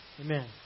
Amen